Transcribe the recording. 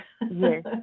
Yes